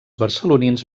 barcelonins